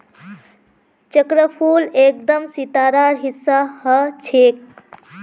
चक्रफूल एकदम सितारार हिस्सा ह छेक